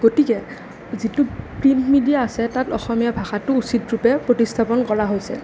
গতিকে যিটো print media আছে তাত অসমীয়া ভাষাটো উচিত ৰূপে প্ৰতিস্থাপন কৰা হৈছে